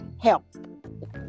help